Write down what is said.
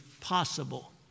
possible